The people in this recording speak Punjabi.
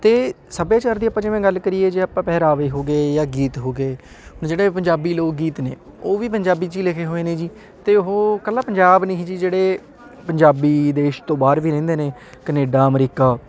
ਅਤੇ ਸੱਭਿਆਚਾਰ ਦੀ ਆਪਾਂ ਜਿਵੇਂ ਗੱਲ ਕਰੀਏ ਜੇ ਆਪਾਂ ਪਹਿਰਾਵੇ ਹੋਗੇ ਜਾਂ ਗੀਤ ਹੋ ਗਏ ਜਿਹੜੇ ਪੰਜਾਬੀ ਲੋਕ ਗੀਤ ਨੇ ਉਹ ਵੀ ਪੰਜਾਬੀ 'ਚ ਹੀ ਲਿਖੇ ਹੋਏ ਨੇ ਜੀ ਅਤੇ ਉਹ ਇਕੱਲਾ ਪੰਜਾਬ ਨਹੀਂ ਜੀ ਜਿਹੜੇ ਪੰਜਾਬੀ ਦੇਸ਼ ਤੋਂ ਬਾਹਰ ਵੀ ਰਹਿੰਦੇ ਨੇ ਕਨੇਡਾ ਅਮਰੀਕਾ